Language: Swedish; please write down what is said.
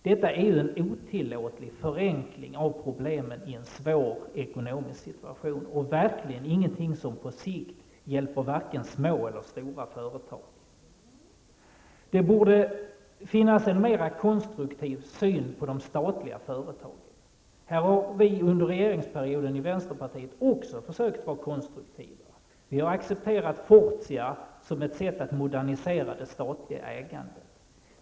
Detta är en otillåtlig förenkling av problemen i en svår ekonomisk situation. Det är verkligen ingenting som på sikt hjälper vare sig små eller stora företag. Det borde finnas en mer konstruktiv syn på de statliga företagen. Här har vi under regeringsperioden i vänsterpartiet också försökt att vara konstruktiva. Vi har accepterat Fortia som ett sätt att modernisera det statliga ägandet.